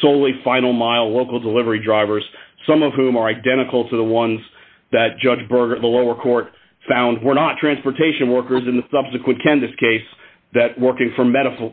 slowly final mile local delivery drivers some of whom are identical to the ones that judge berger the lower court found were not transportation workers in the subsequent kansas case that working for medical